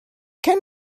can